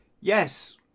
yes